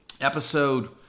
episode